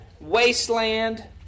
wasteland